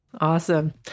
Awesome